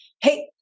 hey